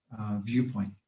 viewpoint